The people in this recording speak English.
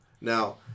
Now